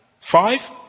five